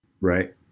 right